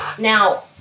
Now